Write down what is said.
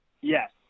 yes